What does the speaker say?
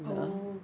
oh